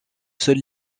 seule